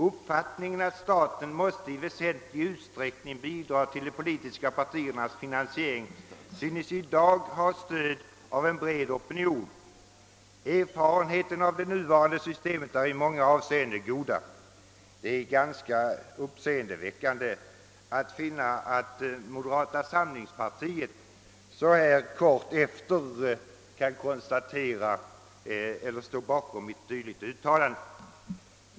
Uppfattningen att staten måste i väsentlig utsträckning bidra till de politiska partiernas finansiering synes i dag ha stöd av en bred opinion. Erfarenheterna av det nuvarande systemet är i många avseenden goda.» Det är ganska uppseendeväckande att finna att moderata samlingspartiet så här kort tid efteråt kan stå bakom ett dylikt uttalande.